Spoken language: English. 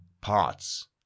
parts